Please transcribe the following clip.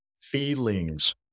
Feelings